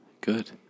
good